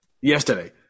yesterday